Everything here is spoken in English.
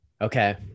Okay